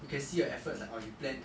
you can see your efforts like orh you plan